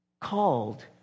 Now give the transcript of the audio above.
Called